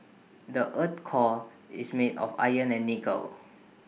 the Earth's core is made of iron and nickel